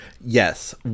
Yes